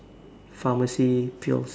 pharmacy pills